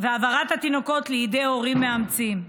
שבהעברת התינוקות לידי הורים מאמצים.